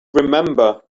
remember